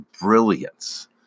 brilliance